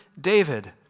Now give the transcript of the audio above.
David